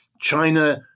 China